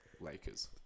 Lakers